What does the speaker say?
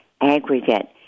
aggregate